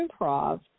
improv